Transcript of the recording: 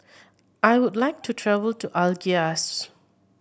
I would like to travel to Algiers